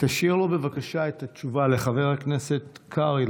תשאיר לו בבקשה את התשובה לחבר הכנסת קרעי,